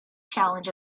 challenge